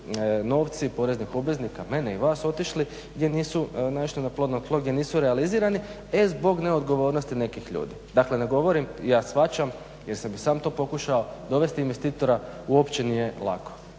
novci poreznih obveznika, mene i vas, otišli? Gdje nisu naišli na plodno tlo, gdje nisu realizirani zbog neodgovornosti nekih ljudi. Dakle ne govorim, ja shvaćam jer sam i sam to pokušao dovesti investitora u općini je lako.